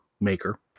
maker